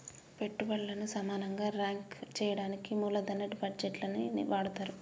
పెట్టుబల్లను సమానంగా రాంక్ చెయ్యడానికి మూలదన బడ్జేట్లని వాడతరు